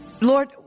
Lord